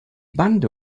bande